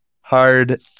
hard